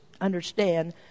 understand